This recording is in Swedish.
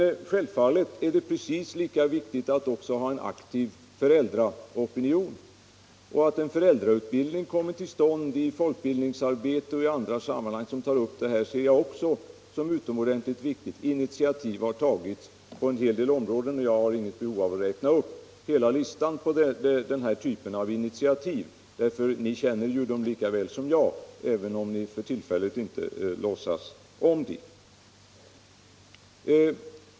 Självfallet är det precis lika viktigt att ha en aktiv föräldraopinion. ningsvåldets negativa effekter Att en föräldrautbildning kommer till stånd både i folkbildningsarbetet och i andra sammanhang som tar upp problemet ser jag också såsom utomordentligt viktigt. Sådana initiativ har tagits på en hel del områden — jag har inte något behov av att räkna upp hela listan på sådana initiativ, eftersom ni känner dem lika väl som jag, även om ni för tillfället inte vill låtsas om det.